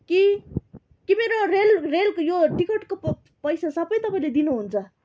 कि कि मेरो रेल रेलको यो टिकटको प पैसा सबै तपाईँले दिनुहुन्छ